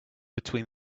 between